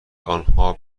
آنها